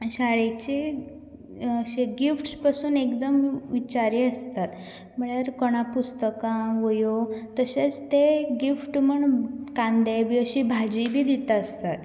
शाळेचे अशे गिफ्टस् पसून एकदम विचारी आसता म्हणल्यार कोणाक पुस्तकां वयो तशेंच तें एक गिफ्ट म्हण कांदे बी अशी भाजी बी दिता आसतात